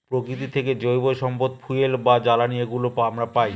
প্রকৃতি থেকে জৈব সম্পদ ফুয়েল বা জ্বালানি এগুলো আমরা পায়